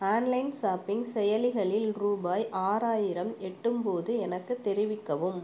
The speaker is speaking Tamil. ஆன்லைன் ஷாப்பிங் செயலிகளில் ரூபாய் ஆறாயிரம் எட்டும்போது எனக்குத் தெரிவிக்கவும்